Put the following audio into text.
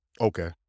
Okay